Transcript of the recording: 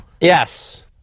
Yes